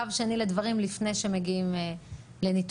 קו שני לדברים לפני שמגיעים לניתוחים?